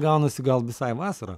gaunasi gal visai vasara